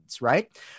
right